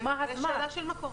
ומהו "זמן סביר?